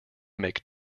make